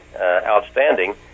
outstanding